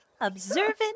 Observant